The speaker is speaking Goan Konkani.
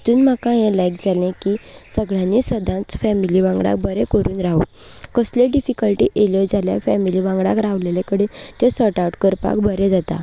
हातूंत म्हाका हें लायक जालें की सगळ्यांनी सदांच फेमिली वांगडा बरें करून रावप कसल्योय डिफीकल्टी आयल्यो जाल्यार फेमिली वांगडा राविल्ल्या कडेन त्यो सोर्ट आवट करपाक बरें जाता